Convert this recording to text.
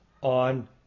on